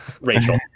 Rachel